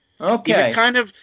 Okay